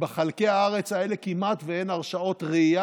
ובחלקי הארץ האלה כמעט ואין הרשאות רעייה,